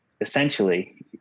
essentially